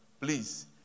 please